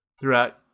throughout